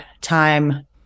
time